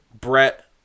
Brett